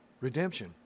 redemption